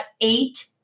eight